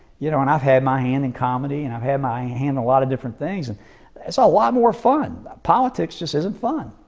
you know, and i've had my hand in comedy and i've had my hand in a lot of different things and it's ah a lot more fun. politics just isn't fun.